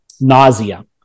Nausea